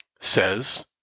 says